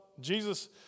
Jesus